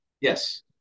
Yes